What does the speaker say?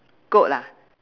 goat ah